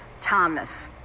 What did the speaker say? thomas